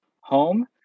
home